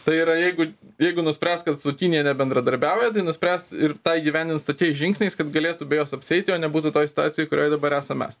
tai yra jeigu jeigu nuspręs kad su kinija nebendradarbiauja tai nuspręs ir tą įgyvendins tokiais žingsniais kad galėtų be jos apsieiti o ne būtų toj situacijoj kurioj dabar esam mes